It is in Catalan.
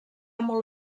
molt